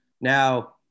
Now